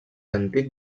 antic